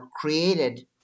created